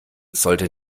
sollte